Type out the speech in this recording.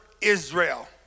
Israel